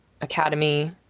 Academy